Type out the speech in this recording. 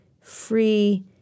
free